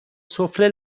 سفره